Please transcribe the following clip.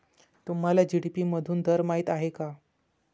तुम्हाला जी.डी.पी मधून दर माहित आहे का?